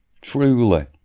truly